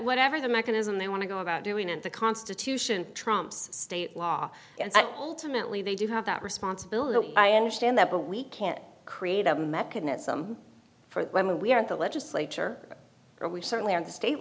whatever the mechanism they want to go about doing it the constitution trumps state law and ultimately they do have that responsibility i understand that but we can't create a mechanism for that when we are in the legislature or we certainly are in the state